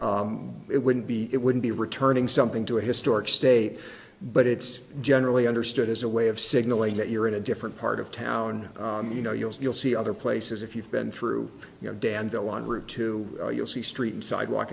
sure it wouldn't be it wouldn't be returning something to a historic state but it's generally understood as a way of signaling that you're in a different part of town you know you'll still see other places if you've been through your dandelion route too or you'll see street and sidewalk